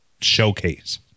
showcase